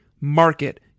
Market